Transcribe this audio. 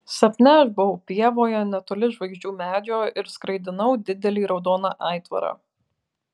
sapne aš buvau pievoje netoli žvaigždžių medžio ir skraidinau didelį raudoną aitvarą